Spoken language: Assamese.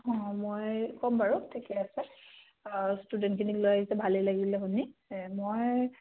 অঁ মই ক'ম বাৰু ঠিকে আছে ষ্টুডেণ্টখিনিক লৈ আহিছে ভালেই লাগিলে শুনি মই